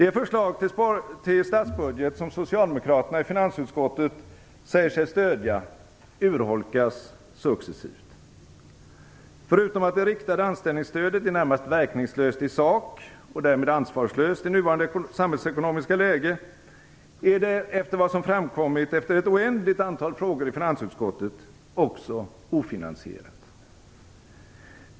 Det förslag till statsbudget som socialdemokraterna i finansutskottet säger sig stödja urholkas successivt. Förutom att det riktade anställningsstödet är närmast verkningslöst i sak, och därmed ansvarslöst i nuvarande samhällsekonomiska läge, är det efter vad som framkommit efter ett oändligt antal frågor i finansutskottet också ofinansierat.